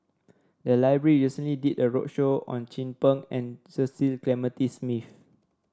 the library recently did a roadshow on Chin Peng and Cecil Clementi Smith